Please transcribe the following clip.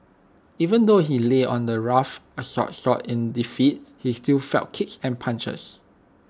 even though he lay on the rough asphalt salt in defeat he still felt kicks and punches